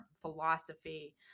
philosophy